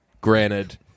Granted